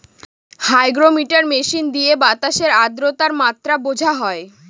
hygrometer machine দিয়ে বাতাসের আদ্রতার মাত্রা বোঝা হয়